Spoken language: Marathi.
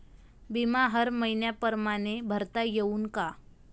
बिमा हर मइन्या परमाने भरता येऊन का?